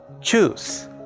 choose